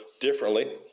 differently